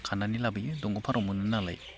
खानानै लाबोयो दंग' फारआव मोनो नालाय